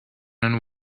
and